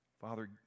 Father